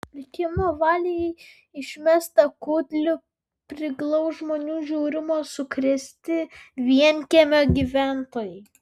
likimo valiai išmestą kudlių priglaus žmonių žiaurumo sukrėsti vienkiemio gyventojai